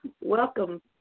Welcome